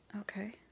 Okay